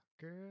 Girl